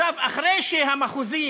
אחרי שהמחוזי